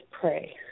pray